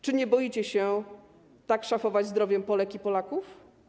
Czy nie boicie się tak szafować zdrowiem Polek i Polaków?